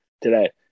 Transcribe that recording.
today